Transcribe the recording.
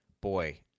boy